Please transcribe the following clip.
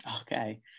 Okay